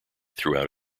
throughout